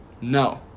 No